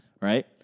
right